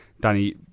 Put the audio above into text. Danny